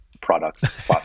products